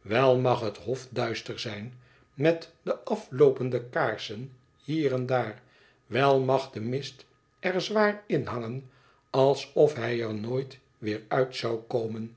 wel mag het hof duister zijn met de afloopende kaarsen hier en daar wel mag de mist er zwaar in hangen alsof hij er nooit weer uit zou komen